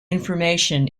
information